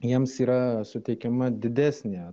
jiems yra suteikiama didesnė